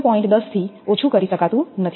10 થી ઓછું કરી શકાતું નથી